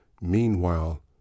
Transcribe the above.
Meanwhile